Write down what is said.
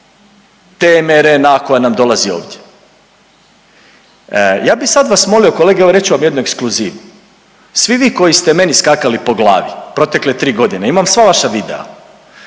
MRNA koje nam dolazi ovdje. Ja bi sad vas molio evo reću vam jednu ekskluzivu, svi vi koji ste meni skakali po glavi protekle tri godine, imam sva vaša videa,